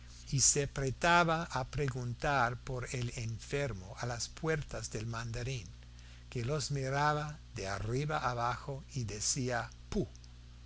y se apretaba a preguntar por el enfermo a las puertas del mandarín que los miraba de arriba abajo y decía